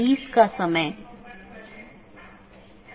विशेषता का संयोजन सर्वोत्तम पथ का चयन करने के लिए उपयोग किया जाता है